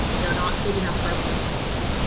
they're not big enough for everyone to live in,